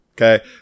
Okay